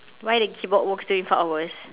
why the keyboard works twenty four hours